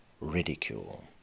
ridicule